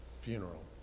funeral